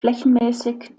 flächenmäßig